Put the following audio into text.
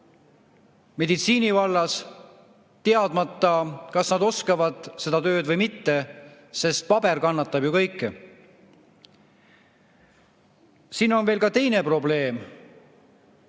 meditsiinivallas, teadmata, kas nad oskavad seda tööd või mitte, sest paber kannatab ju kõike. Siin on veel teine probleem.